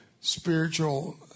spiritual